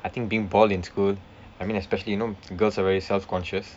I think being bald in school I mean especially you know girls are very self conscious